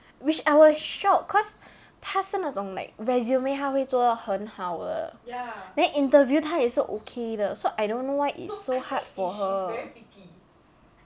which I was shocked cause 她是那种 like resume 她会做到很好的 then interview 她也是 okay 的 so I don't know why it's so hard for her